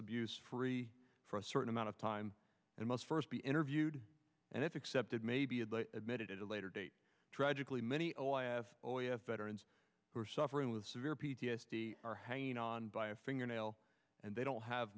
abuse free for a certain amount of time and must first be interviewed and if accepted may be a admitted at a later date tragically many oh yeah federal who are suffering with severe p t s d are hanging on by a fingernail and they don't have